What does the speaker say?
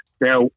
Now